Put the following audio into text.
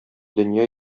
дөнья